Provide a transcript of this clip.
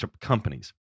companies